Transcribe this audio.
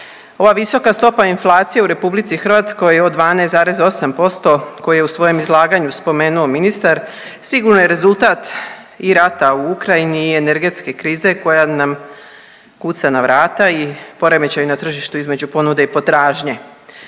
Ova visoka stopa inflacije u RH od 12,8% koje je u svojem izlaganju spomenuo ministar, sigurno je rezultat i rata u Ukrajini i energetske krize koja nam kuca na vrata i poremećaji na tržištu između ponude i potražnje.